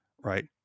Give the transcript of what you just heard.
Right